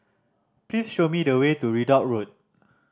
please show me the way to Ridout Road